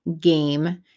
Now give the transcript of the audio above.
game